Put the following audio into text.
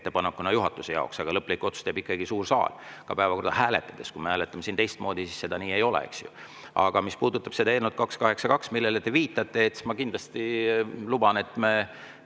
ettepanekuna juhatuse jaoks, aga lõpliku otsuse teeb suur saal ka päevakorda hääletades. Kui me hääletame siin teistmoodi, siis see nii ei lähe. Aga mis puudutab eelnõu 282, millele te viitasite, siis ma kindlasti luban, et me